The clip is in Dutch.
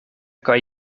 kan